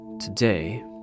today